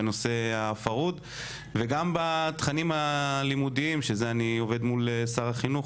בנושא הפרהוד וגם בתכנים הלימודיים שזה אני עובד מול שר החינוך,